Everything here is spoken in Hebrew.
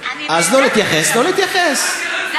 אז לא להתייחס, לא להתייחס בכלל.